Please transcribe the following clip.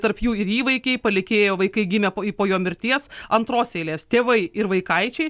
tarp jų ir įvaikiai palikėjo vaikai gimę po ir po jo mirties antros eilės tėvai ir vaikaičiai